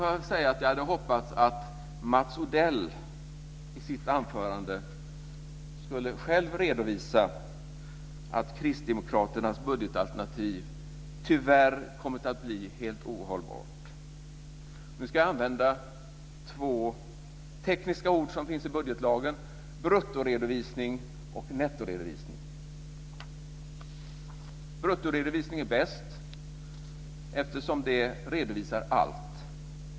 Jag hade hoppats att Mats Odell i sitt anförande själv skulle ha redovisat att Kristdemokraternas budgetalternativ tyvärr har kommit att bli helt ohållbart. Nu ska jag använda två tekniska ord som finns i budgetlagen, nämligen bruttoredovisning och nettoredovisning. Bruttoredovisning är bäst eftersom allting redovisas.